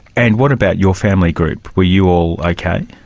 and what about your family group? were you all okay?